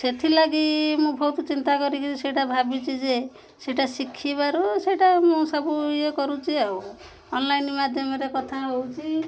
ସେଥିଲାଗି ମୁଁ ବହୁତ ଚିନ୍ତା କରିକି ସେଇଟା ଭାବିଛି ଯେ ସେଇଟା ଶିଖିବାରୁ ସେଇଟା ମୁଁ ସବୁ ଇଏ କରୁଛି ଆଉ ଅନଲାଇନ ମାଧ୍ୟମରେ କଥା ହଉଛି